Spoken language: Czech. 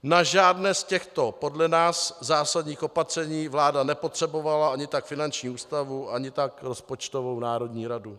Na žádné z těchto podle nás zásadních opatření vláda nepotřebovala ani tak finanční ústavu ani tak rozpočtovou národní radu.